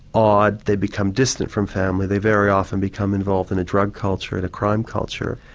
odd, they become distant from family, they very often become involved in a drug culture, and a crime culture.